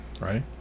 right